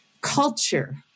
culture